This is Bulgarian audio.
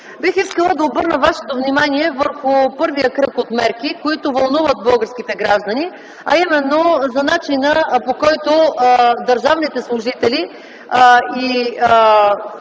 Бих искала да обърна вашето внимание върху първия кръг от мерки, които вълнуват българските граждани, а именно начина, по който държавните служители и